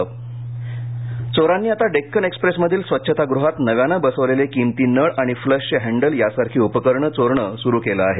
चोरी चोरांनी आता डेक्कन एक्सप्रेसमधील स्वछता गृहात नव्यानं बसवलेले किमती नळ आणि फ्लशचे हॅण्डल यासारखी उपकरणे चोरणे सुरु केले आहे